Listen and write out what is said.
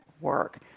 work